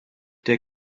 der